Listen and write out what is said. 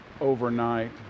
overnight